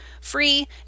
free